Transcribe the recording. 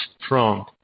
strong